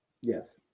Yes